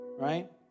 Right